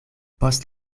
post